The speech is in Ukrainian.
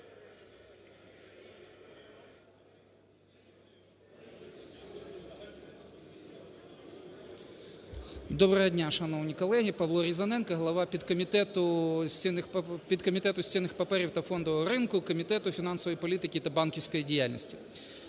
Доброго дня, шановні колеги! Павло Різаненко, глава підкомітету з цінних паперів та фондового ринку Комітету фінансової політики та банківської діяльності.